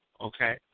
Okay